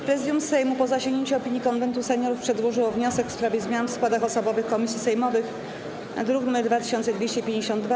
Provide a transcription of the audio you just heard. Prezydium Sejmu, po zasięgnięciu opinii Konwentu Seniorów, przedłożyło wniosek w sprawie zmian w składach osobowych komisji sejmowych, druk nr 2252.